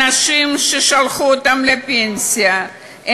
אנשים ששלחו אותם לפנסיה,